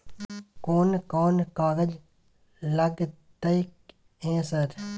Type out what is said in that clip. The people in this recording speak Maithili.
कोन कौन कागज लगतै है सर?